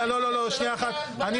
זו